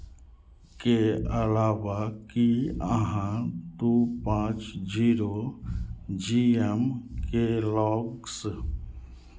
के अलावा की अहाँ दू पाँच जीरो जी एम केलौक्स